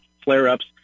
flare-ups